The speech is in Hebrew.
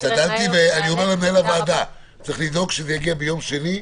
השתדלתי ואני אומר למנהל הוועדה: צריך לדאוג שזה יגיע ביום שני.